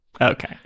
Okay